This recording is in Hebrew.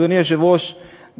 אדוני היושב-ראש,